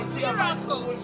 miracle